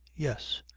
yes.